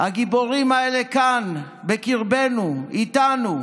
הגיבורים האלה כאן, בקרבנו, איתנו.